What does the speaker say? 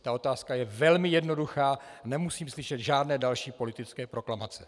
Ta otázka je velmi jednoduchá, nemusím slyšet žádné další politické proklamace.